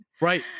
right